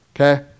okay